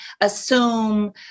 assume